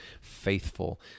faithful